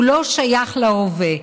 הוא לא שייך להווה,